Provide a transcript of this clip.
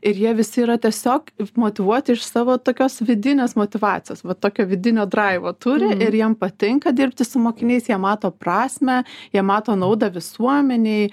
ir jie visi yra tiesiog motyvuoti iš savo tokios vidinės motyvacijos va tokio vidinio draivo turi ir jiem patinka dirbti su mokiniais jie mato prasmę jie mato naudą visuomenei